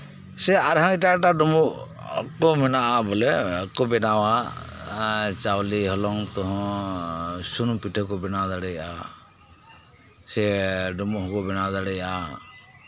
ᱥᱮ ᱟᱨᱦᱚᱸ ᱮᱴᱟᱜ ᱮᱴᱟᱜ ᱰᱩᱢᱵᱩᱜ ᱠᱚ ᱢᱮᱱᱟᱜᱼᱟ ᱵᱚᱞᱮ ᱠᱚ ᱵᱮᱱᱟᱣᱟ ᱪᱟᱣᱞᱮ ᱦᱚᱞᱚᱝ ᱛᱮᱦᱚᱸ ᱥᱩᱱᱩᱢ ᱯᱤᱴᱷᱟᱹ ᱠᱚ ᱵᱮᱱᱟᱣ ᱫᱟᱲᱮᱭᱟᱜᱼᱟ ᱥᱮ ᱰᱩᱢᱵᱩᱜ ᱦᱚᱸᱠᱚ ᱵᱮᱱᱟᱣ ᱫᱟᱲᱮᱭᱟᱜᱼᱟ